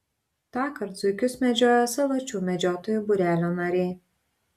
tąkart zuikius medžiojo saločių medžiotojų būrelio nariai